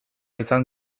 izan